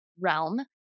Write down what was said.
realm